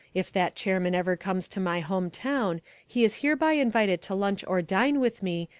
if that chairman ever comes to my home town he is hereby invited to lunch or dine with me,